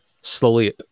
slowly